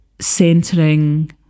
centering